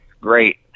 great